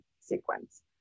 sequence